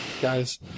guys